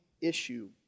issue